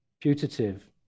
putative